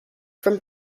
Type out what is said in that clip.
from